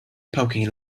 poking